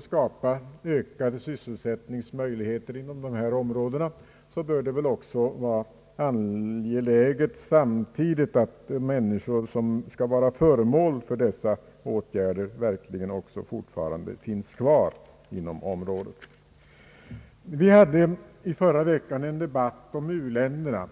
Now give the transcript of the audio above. skapa ökade sysselsättningsmöjligheter inom dessa områden, bör det samtidigt vara angeläget att de människor som tänkes bli föremål för dessa åtgärder fortfarande finns kvar i området. Vi hade förra veckan en debatt om u-länderna.